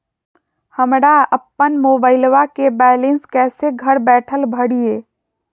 हमरा अपन मोबाइलबा के बैलेंस कैसे घर बैठल भरिए?